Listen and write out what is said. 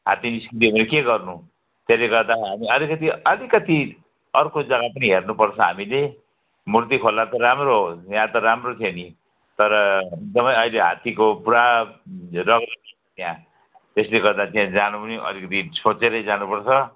हात्ती निस्किदियो भने के गर्नु त्यसले गर्दा अब अलिकति अलिकति अर्को जग्गा पनि हेर्नुपर्छ हामीले मूर्ति खोला त राम्रो हो यहाँ त राम्रो थियो नि तर एकदमै अहिले हात्तीको पुरा रगरगी त्यहाँ त्यसले गर्दा त्यहाँ जानु पनि अलिकिति सोचेरै जानुपर्छ